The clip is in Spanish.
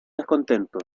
descontento